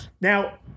now